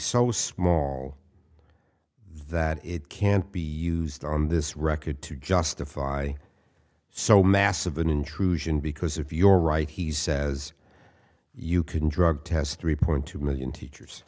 so small that it can't be used on this record to justify so massive an intrusion because if you're right he says you can drug test three point two million teachers